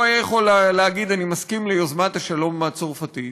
והוא היה יכול להגיד: אני מסכים ליוזמת השלום הצרפתית,